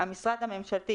המשרד הממשלתי,